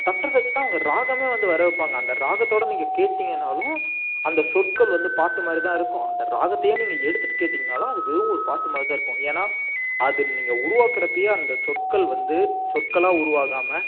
தட்டுறதை வச்சுதான் அவங்க ராகமே வந்து வர வைப்பாங்க அந்த ராகத்தோட நீங்கள் கேட்டிங்கனாலும் அந்த சொற்கள் வந்து பாட்டுமாதிரிதான் இருக்கும் அந்த ராகத்தையே நீங்க எடுத்துவிட்டு கேட்டிங்கன்னாலும் அது வெறும் ஒரு பாட்டு மாதிரிதான் இருக்கும் ஏன்னா அது நீங்கள் உருவாக்குறப்பவே அந்த சொற்கள் வந்து சொற்களாக உருவாகாமல்